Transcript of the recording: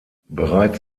bereits